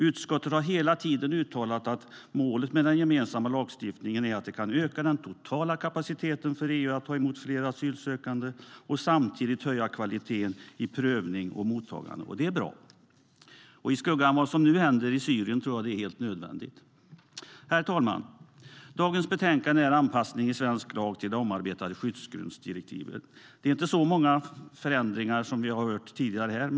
Utskottet har hela tiden uttalat att målet med den gemensamma lagstiftningen är att öka den totala kapaciteten för EU att ta emot fler asylsökande och samtidigt höja kvaliteten i prövningen och mottagandet. Det är bra. I skuggan av vad som nu händer i Syrien tror jag också att det är helt nödvändigt. Herr talman! Dagens betänkande innehåller förslag om en anpassning av svensk lag till det omarbetade skyddsgrundsdirektivet. Det är inte så många förändringar det handlar om, som vi har hört.